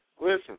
Listen